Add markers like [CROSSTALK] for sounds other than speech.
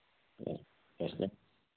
[UNINTELLIGIBLE]